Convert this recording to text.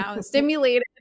stimulated